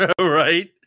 Right